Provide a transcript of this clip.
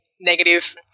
negative